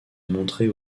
montrer